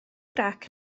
grac